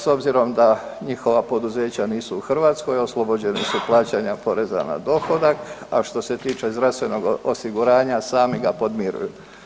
S obzirom da njihova poduzeća nisu u Hrvatskoj, oslobođeni su plaćanja poreza na dohodak, a što se tiče zdravstvenog osiguranja, sami ga podmiruju.